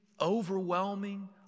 overwhelming